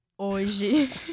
hoje